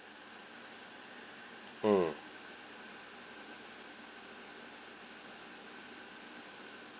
mm